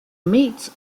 meats